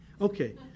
Okay